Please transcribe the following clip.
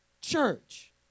church